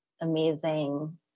amazing